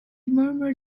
murmur